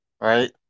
right